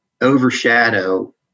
overshadow